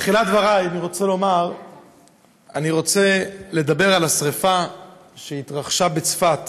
בתחילת דברי אני רוצה לדבר על השרפה שהתרחשה בצפת